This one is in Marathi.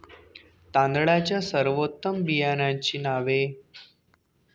तांदळाच्या सर्वोत्तम बियाण्यांची नावे?